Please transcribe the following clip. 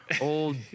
old